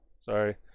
sorry